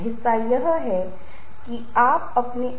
इसलिए जहां हमारा सामाजिक अनुकूलन है वहाँ सामाजिक स्वीकृति है